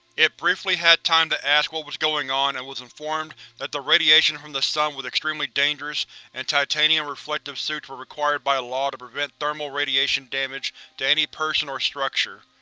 it briefly had time to ask what was going on and was informed that the radiation from the sun was extremely dangerous and titanium reflective suits were required by law to prevent thermal radiation damage to any person or structure.